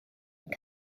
were